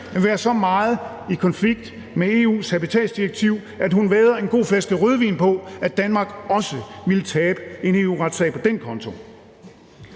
en halvø vil være så meget i konflikt med EU's habitatsdirektiv, at hun vædder en god flaske rødvin på, at Danmark også ville tabe en EU-retssag på den konto.